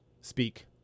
Speak